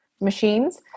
machines